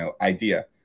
idea